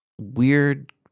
weird